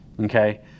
Okay